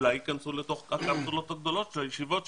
אולי ייכנסו לתוך הקפסולות הגדולות של הישיבות,